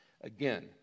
again